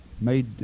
made